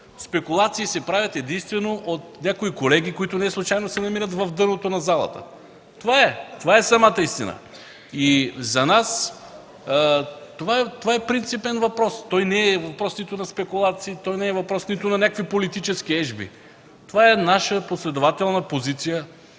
Спекулации се правят единствено от някои колеги, които неслучайно се намират в дъното на залата. (Смях. Реплики.) Това е самата истина. За нас това е принципен въпрос. Той не е въпрос на спекулации, нито на някакви политически ежби. Това е наша последователна позиция,